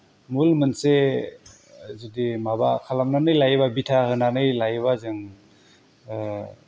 मुल मोनसे जुदि माबा खालामनानै लायोब्ला बिथा खालामनानै लायोब्ला जों